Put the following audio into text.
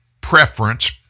preference